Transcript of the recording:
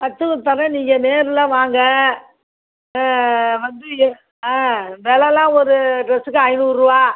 தைச்சு தரேன் நீங்கள் நேரில் வாங்க வந்து எ ஆ விலலாம் ஒரு ட்ரஸுக்கு ஐநூறுபா